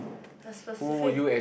must specific